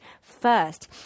first